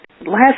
last